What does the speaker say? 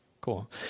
cool